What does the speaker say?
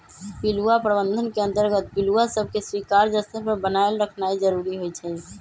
पिलुआ प्रबंधन के अंतर्गत पिलुआ सभके स्वीकार्य स्तर पर बनाएल रखनाइ जरूरी होइ छइ